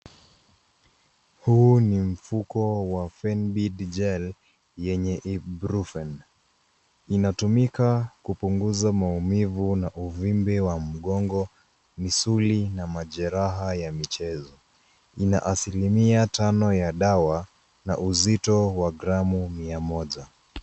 Huu ni mfuko wa Fenbid Gel yenye ibrufen, inatumika kupunguza maumivu na uvimbe wa mgongo, misuli na majeraha ya michezo. Ina asilimia tano ya dawa na uzito wa gramu mia moja.